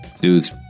dude's